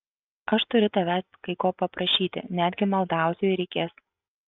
aš turiu tavęs kai ko paprašyti netgi maldausiu jei reikės